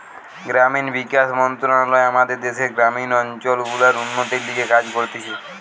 গ্রামীণ বিকাশ মন্ত্রণালয় আমাদের দ্যাশের গ্রামীণ অঞ্চল গুলার উন্নতির লিগে কাজ করতিছে